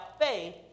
faith